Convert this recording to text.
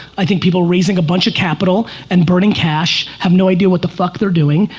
i think people raising a bunch of capital and burning cash have no idea what the fuck they're doing,